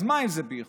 אז מה אם זה באיחור.